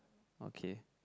okay